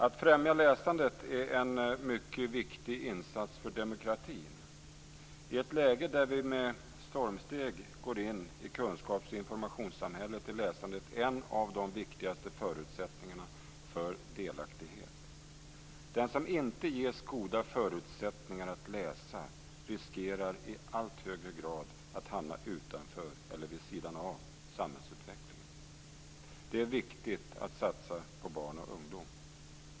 Att främja läsandet är en mycket viktig insats för demokratin. I ett läge där vi med stormsteg går in i ett kunskaps och informationssamhälle är läsandet en av de viktigaste förutsättningarna för delaktighet. Den som inte ges goda förutsättningar att läsa riskerar i allt högre grad att hamna utanför eller vid sidan av samhällsutvecklingen. Det är viktigt att satsa på barn och ungdom.